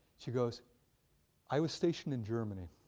she goes i was stationed in germany,